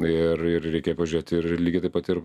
ir ir reikia pažiūrėti ir lygiai taip pat ir